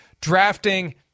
drafting